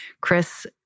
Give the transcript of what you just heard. Chris